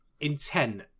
intent